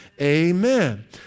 Amen